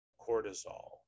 cortisol